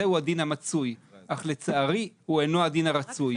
זהו הדין המצוי, אך לצערי הוא אינו הדין הרצוי.